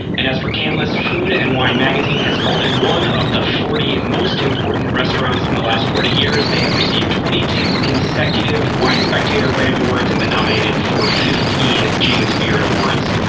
and as for canlis, food and wine magazine has called it one of the forty most important restaurants in the last forty years. they have received twenty two consecutive wine spectator grand awards, and been nominated for fifteen james beard awards,